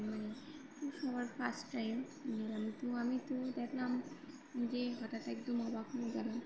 মানে সবার first time গেলাম তো আমি তো দেখলাম যে হঠাৎ একদম অবাক হয়ে গেলাম